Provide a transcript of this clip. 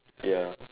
ya